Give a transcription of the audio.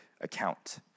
account